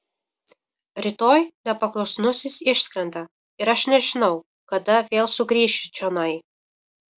rytoj nepaklusnusis išskrenda ir aš nežinau kada vėl sugrįšiu čionai